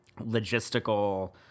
logistical